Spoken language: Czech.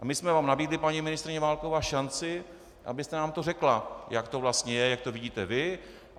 My jsme vám nabídli, paní ministryně Válková, šanci, abyste nám to řekla, jak to vlastně je, jak to vidíte vy.